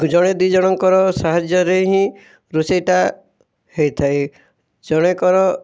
ଜଣେ ଦୁଇ ଜଣଙ୍କର ସାହାଯ୍ୟରେ ହିଁ ରୋଷେଇଟା ହୋଇଥାଏ ଜଣେ କର